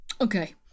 Okay